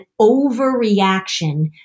overreaction